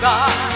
God